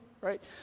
right